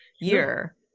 year